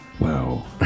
Wow